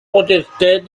protestait